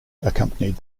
accompanied